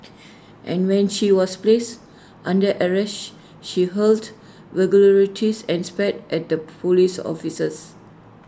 and when she was placed under arrest she hurled vulgarities and spat at the Police officers